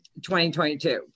2022